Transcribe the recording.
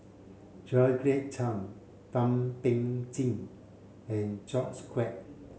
Georgette Chen Thum Ping Tjin and George Quek